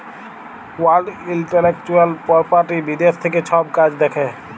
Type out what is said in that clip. world intellectual property বিদ্যাশ থ্যাকে ছব কাজ দ্যাখে